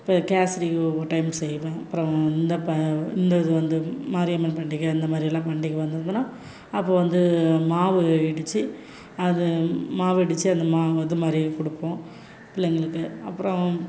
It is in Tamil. இப்போ கேசரி ஒரு டைம் செய்வேன் அப்புறம் இந்த இந்த இது வந்து மாரியம்மன் பண்டிகை அந்த மாதிரியெல்லாம் பண்டிகை வந்ததுன்னா அப்போது வந்து மாவு இடித்து அது மாவு இடித்து அந்த இது மாதிரி கொடுப்போம் பிள்ளைங்களுக்கு அப்புறம்